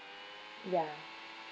ya